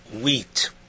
wheat